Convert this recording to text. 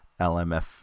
LMF